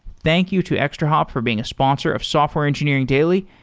thank you to extrahop for being a sponsor of software engineering daily,